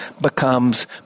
becomes